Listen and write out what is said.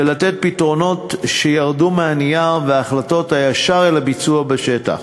לתת פתרונות שירדו מהנייר והחלטות היישר אל הביצוע בשטח.